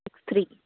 six three